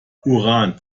uran